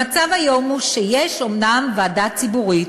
המצב היום הוא שיש אומנם ועדה ציבורית,